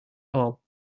all